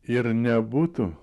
ir nebūtų